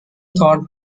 thought